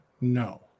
No